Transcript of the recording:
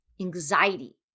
Anxiety